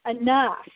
enough